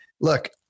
look